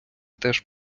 теж